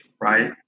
right